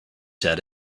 said